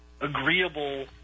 agreeable